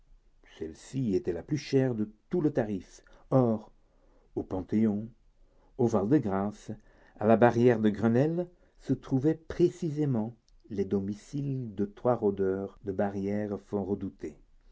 celle-ci était la plus chère de tout le tarif or au panthéon au val-de-grâce à la barrière de grenelle se trouvaient précisément les domiciles de trois rôdeurs de barrières fort redoutés